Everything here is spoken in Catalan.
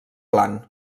clan